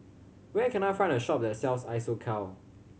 where can I find a shop that sells Isocal